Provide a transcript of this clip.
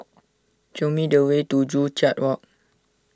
show me the way to Joo Chiat Walk